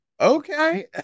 okay